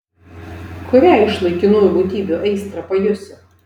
kuriai iš laikinųjų būtybių aistrą pajusi